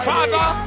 Father